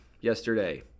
yesterday